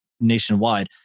nationwide